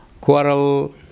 quarrel